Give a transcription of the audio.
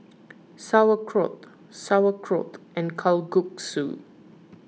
Sauerkraut Sauerkraut and Kalguksu